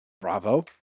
Bravo